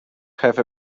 have